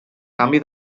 canvi